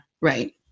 Right